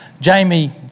Jamie